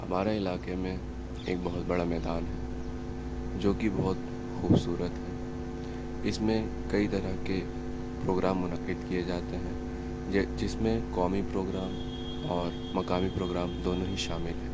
ہمارے علاقے میں ایک بہت بڑا میدان ہے جو کہ بہت خوبصورت ہے اس میں کئی طرح کے پروگرام منعقد کیے جاتے ہیں جس میں قومی پروگرام اور مقامی پروگرام دونوں ہی شامل ہیں